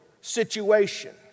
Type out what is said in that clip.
situation